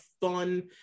fun